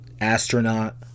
astronaut